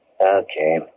Okay